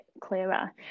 clearer